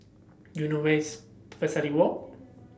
Do YOU know Where IS Pesari Walk